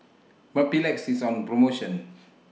Mepilex IS on promotion